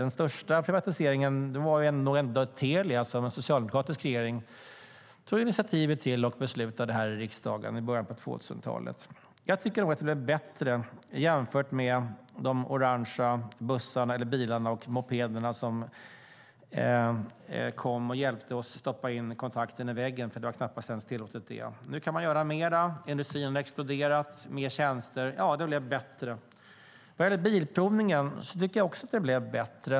Den största privatiseringen var nog ändå den av Telia, som en socialdemokratisk regering tog initiativ till och beslutade om här i riksdagen i början av 2000-talet. Jag tycker nog att det blev bättre jämfört med när vi hade de orange bilarna och mopederna som kom när vi behövde hjälp att stoppa in kontakten i väggen, för det var knappt att ens det var tillåtet att göra själv. Nu kan man göra mer. Industrin har exploderat, och det finns mer tjänster. Ja, det blev bättre. Vad gäller bilprovningen tycker jag också att det blev bättre.